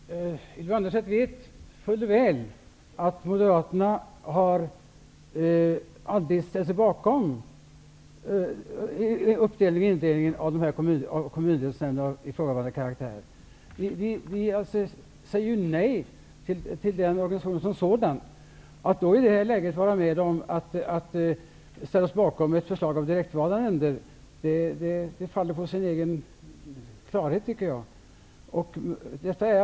Herr talman! Ylva Annerstedt vet fuller väl att Moderaterna aldrig har ställt sig bakom ifrågavarande indelning i kommundelsnämnder. Vi säger ju nej till den organisationen som sådan. Att vi i det läget skulle ställa oss bakom ett förslag om direktvalda nämnder faller på sin egen orimlighet. Det tycker jag är helt klart.